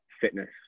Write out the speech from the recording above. fitness